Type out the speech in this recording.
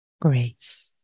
grace